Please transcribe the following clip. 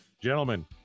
gentlemen